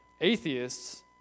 atheists